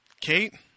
Kate